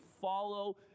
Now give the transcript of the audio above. follow